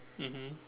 mmhmm